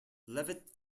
leavitt